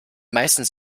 meistens